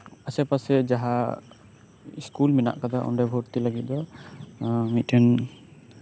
ᱟᱥᱮ ᱯᱟᱥᱮ ᱡᱟᱦᱟᱸ ᱥᱠᱩᱞ ᱢᱮᱱᱟᱜ ᱠᱟᱫᱟ ᱚᱸᱰᱮ ᱦᱚᱸ ᱵᱷᱚᱨᱛᱤ ᱞᱟᱹᱜᱤᱫ ᱫᱚ ᱢᱤᱫ ᱴᱮᱱ